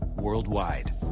worldwide